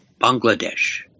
Bangladesh